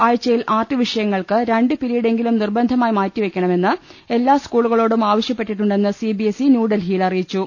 ആഴ്ചയിൽ ആർട്ട്സ് വിഷയങ്ങൾക്ക് രണ്ട് പിരി യിഡെങ്കിലും നിർബന്ധമായി മാറ്റിവെയ്ക്കണമെന്ന് എല്ലാ സ്കൂളുകളോടും ആവശ്യപ്പെട്ടിട്ടുണ്ടെന്ന് സിബിഎസ്ഇ ന്യൂഡൽഹിയിൽ അറിയിച്ചു